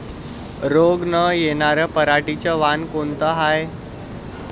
रोग न येनार पराटीचं वान कोनतं हाये?